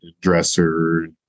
dresser